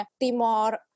Timor